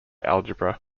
algebra